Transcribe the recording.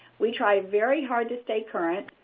we try very hard to stay current.